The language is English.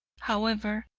however,